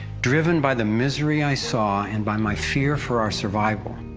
driven by the misery i saw and by my fear for our survival,